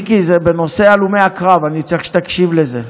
מיקי, זה בנושא הלומי הקרב, אני צריך שתקשיב לזה.